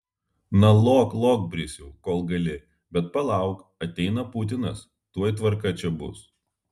na lok lok brisiau kol gali bet palauk ateina putinas tuoj tvarka čia bus